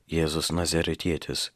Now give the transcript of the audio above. jėzus nazaretietis